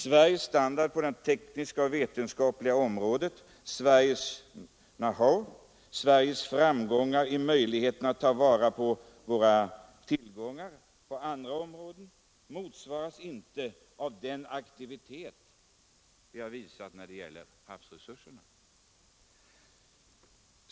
Sveriges standard på det tekniska och vetenskapliga området, Sveriges know-how och Sveriges möjligheter att ta vara på sina tillgångar på andra områden motsvaras inte av den aktivitet som vi har visat när det gäller havsresurserna.